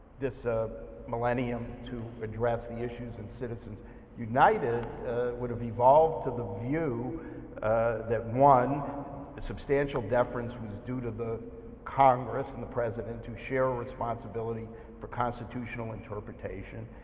this ah millennium to address the issues in citizens united would have evolved to the view that one the substantial deference was due to the congress and the president who share a responsibility for constitutional interpretation,